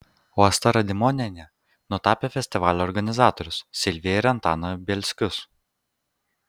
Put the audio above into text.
o asta radimonienė nutapė festivalio organizatorius silviją ir antaną bielskius